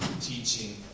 teaching